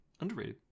Underrated